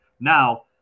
now